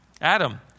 Adam